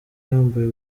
yambaye